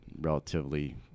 relatively